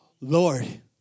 Lord